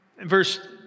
verse